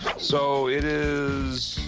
so it is